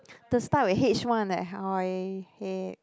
the start with H one that